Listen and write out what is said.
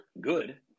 good